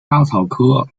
莎草科